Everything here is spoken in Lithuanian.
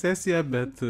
sesija bet